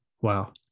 Wow